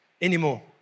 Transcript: anymore